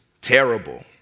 terrible